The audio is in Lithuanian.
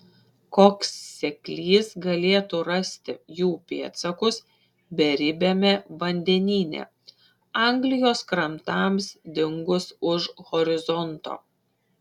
koks seklys galėtų rasti jų pėdsakus beribiame vandenyne anglijos krantams dingus už horizonto